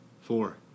Four